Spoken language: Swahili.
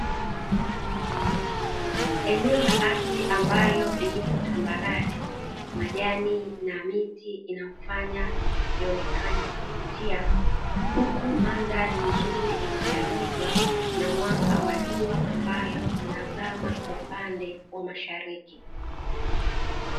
Eneo la ardhi ambalo lipo tambarare, majani na miti inayofanya lionekane la kuvutia, huku mandhari nzuri ikichagizwa na mwanga wa jua ambalo linazama upande wa mashariki.